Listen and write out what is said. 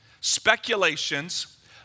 speculations